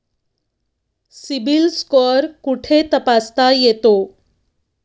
CIBIL score कुठे तपासता येतो?